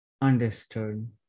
Understood